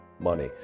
money